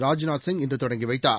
ராஜ்நாத் சிங் இன்று தொடங்கி வைத்தார்